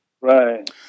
Right